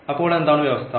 അപ്പോൾ എന്താണ് വ്യവസ്ഥ